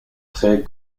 très